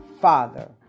father